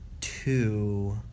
two